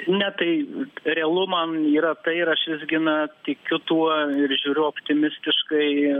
ne tai realu man yra tai ir aš visgi na tikiu tuo ir žiūriu optimistiškai